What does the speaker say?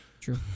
True